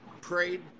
prayed